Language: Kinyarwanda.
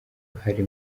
uruhare